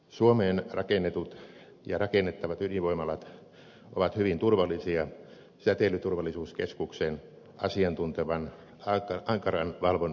suomeen rakennetut ja rakennettavat ydinvoimalat ovat hyvin turvallisia säteilyturvakeskuksen asiantuntevan ankaran valvonnan ansiosta